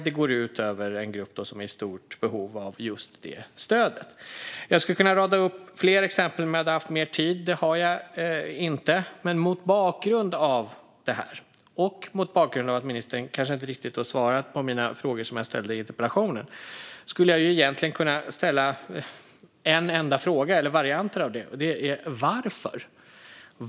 Det går ut över en grupp som är i stort behov av just det stödet. Jag hade kunnat rada upp fler exempel om jag hade haft mer tid. Det har jag inte. Men mot bakgrund av detta, och mot bakgrund av att ministern inte riktigt har svarat på mina frågor i interpellationen skulle jag egentligen kunna ställa en enda fråga: Varför?